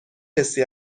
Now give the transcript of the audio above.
حسی